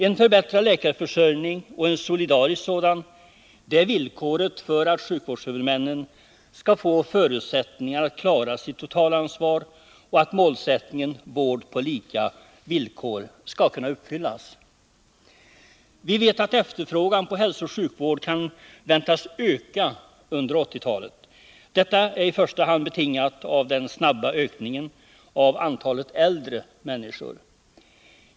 En förbättrad läkarförsörjning — och en solidarisk sådan — är villkoret för att sjukvårdshuvudmännen skall få förutsättningar för att klara sitt totalansvar och att målsättningen, vård på lika villkor, skall kunna uppfyllas. Vi vet att efterfrågan på hälsooch sjukvård väntas öka under 1980-talet. Detta är i första hand betingat av den snabba ökningen av antalet äldre människor.